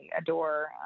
adore